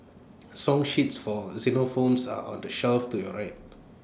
song sheets for xylophones are on the shelf to your right